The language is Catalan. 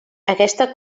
aquesta